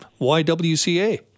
YWCA